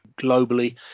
globally